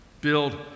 Build